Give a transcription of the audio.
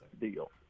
deal